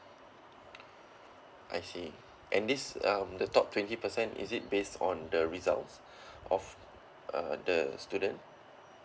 I see and this uh the top twenty percent is it based on the results of uh the student